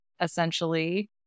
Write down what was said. essentially